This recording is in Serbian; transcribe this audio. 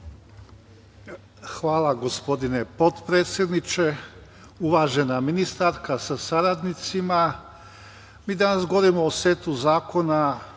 Hvala gospodine potpredsedniče. Uvažena ministarka sa saradnicima, mi danas govorimo o setu zakona